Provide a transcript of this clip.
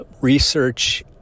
research